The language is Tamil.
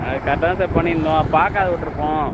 அது கரெக்டாக தான் சார் பண்ணிருந்தோம் பார்க்காது உட்டுருப்போம்